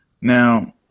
Now